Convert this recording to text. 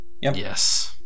Yes